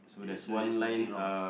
it show there's nothing wrong